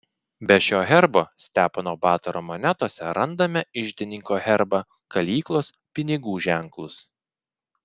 be šio herbo stepono batoro monetose randame iždininko herbą kalyklos pinigų ženklus